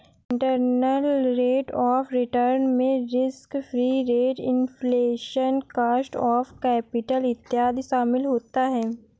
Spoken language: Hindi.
इंटरनल रेट ऑफ रिटर्न में risk free rate, inflation, cost of capital इत्यादि शामिल होता है